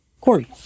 Corey